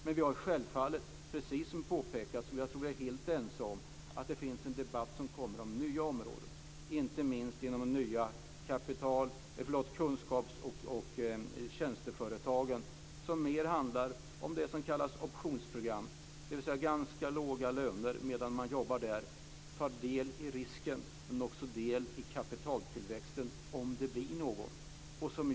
Men det kommer, precis som har påpekats och som jag tror att vi är helt ense om, en debatt om nya områden, inte minst inom de nya kunskaps och tjänsteföretagen och som mer handlar om det som kallas optionsprogram, dvs. ganska låga löner för dem som jobbar där, och de tar del i risken men också del i kapitaltillväxten om det blir någon.